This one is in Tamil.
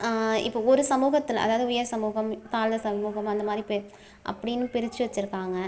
இப்போ ஒரு சமூகத்தில் அதாவது உயர் சமூகம் தாழ்ந்த சமூகம் அந்த மாரி இப்போ அப்படின்னு பிரிச்சு வச்சுருக்காங்க